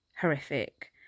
horrific